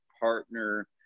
partner